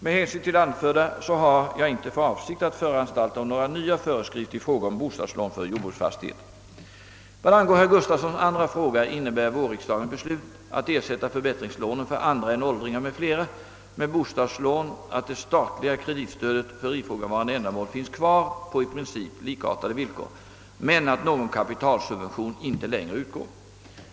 Med hänsyn till det anförda har jag inte för avsikt att föranstalta om några nya föreskrifter i fråga om bostadslån för jordbruksfastigheter. Vad angår herr Gustavssons andra fråga innebär vårriksdagens beslut att ersätta förbättringslånen för andra än åldringar m.fl. med bostadslån att det statliga kreditstödet för ifrågavarande ändamål finns kvar på i princip likartade villkor men att någon kapitalsubvention inte längre utgår.